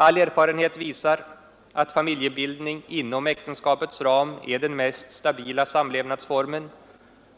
All erfarenhet visar att familjebildning inom äktenskapets ram är den mest stabila samlevnadsformen